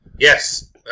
Yes